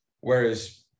whereas